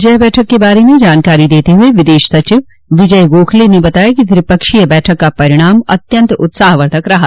जय बैठक के बारे में जानकारी देते हुए विदेश सचिव विजय गोखले ने बताया कि त्रिपक्षीय बैठक का परिणाम अत्यंत उत्साहवर्धक रहा